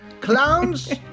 Clowns